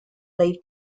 leave